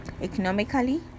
Economically